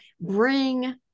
bring